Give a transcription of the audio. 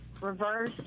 reverse